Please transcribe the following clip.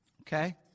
Okay